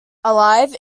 alive